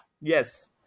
yes